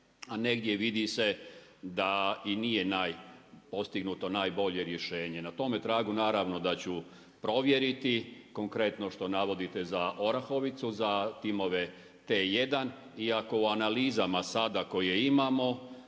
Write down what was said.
a negdje vidi se da i nije postignuto najbolje rješenje. Na tome tragu, naravno da ću provjeriti konkretno, što navodite za Orahovicu, za timove T1 i ako u analizama sada koje imamo,